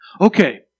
Okay